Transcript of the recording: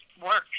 works